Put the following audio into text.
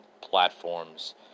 platforms